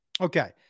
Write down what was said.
okay